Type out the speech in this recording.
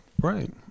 right